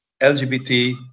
LGBT